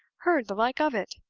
heard the like of it!